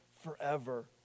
forever